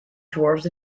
dwarves